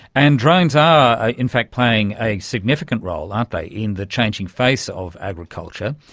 and drones are ah in fact playing a significant role, aren't they, in the changing face of agriculture.